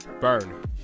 Burn